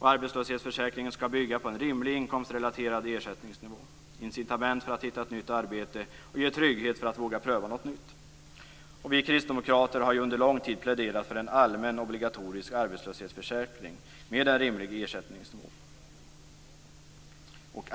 Arbetslöshetsförsäkringen skall bygga på en rimlig inkomstsrelaterad ersättningsnivå, den skall ge incitament för att hitta ett nytt arbete och den skall ge trygghet att våga pröva något nytt. Vi kristdemokrater har under lång tid pläderat för en allmän obligatorisk arbetslöshetsförsäkring med en rimlig ersättningsnivå.